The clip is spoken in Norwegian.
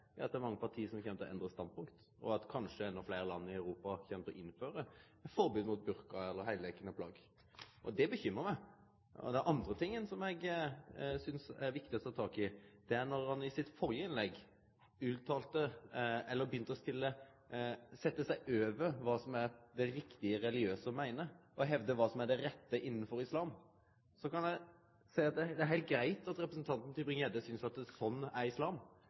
kanskje endå fleire land i Europa kjem til å innføre eit forbod mot burka eller heildekkjande plagg. Og det bekymrar meg. Det andre som eg synest det er viktig å ta tak i, det er at Tybring-Gjedde i sitt førre innlegg begynte å setje seg over kva som er det riktige å meine ut frå religion, og å hevde kva som er det rette innanfor islam. Så kan ein seie at det er heilt greitt at representanten Tybring-Gjedde synest at sånn er islam,